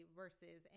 versus